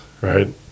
right